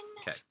Okay